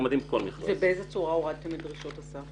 באיזו צורה הורדתם את דרישות הסף?